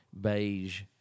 beige